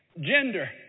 gender